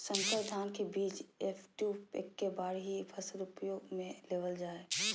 संकर धान के बीज एफ.टू एक्के बार ही फसल उपयोग में लेवल जा हइ